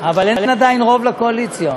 אבל אין עדיין רוב לקואליציה.